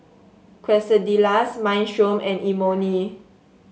Quesadillas Minestrone and Imoni